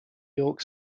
york